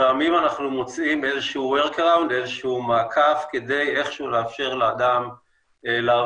לפעמים אנחנו מוצאים איזה שהוא מעקף כדי איך שהוא לאפשר לאדם לעבוד,